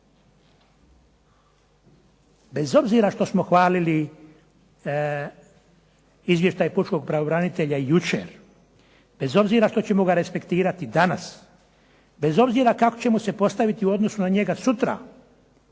Bez obzira što smo hvalili izvještaj Pučkog pravobranitelja jučer, bez obzira što ćemo ga respektirati danas, bez obzira kako ćemo se postaviti u odnosu na njega sutra,